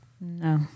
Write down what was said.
No